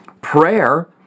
Prayer